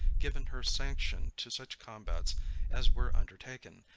given her sanction to such combats as were undertaken,